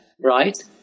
right